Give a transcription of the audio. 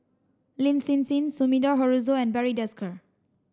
Lin Hsin Hsin Sumida Haruzo and Barry Desker